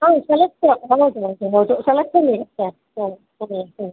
ಹಾಂ ಸೆಲೆಕ್ಟು ಹೌದು ಹೌದು ಹೌದು ಸೆಲೆಕ್ಟೆಡ್ ಇರುತ್ತೆ ಸರಿ ಸರಿ ಸರಿ